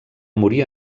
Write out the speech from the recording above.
morir